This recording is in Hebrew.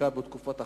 בעיקר בתקופת החורף.